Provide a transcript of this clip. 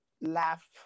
laugh